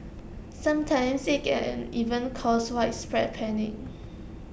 sometimes IT can even cause widespread panic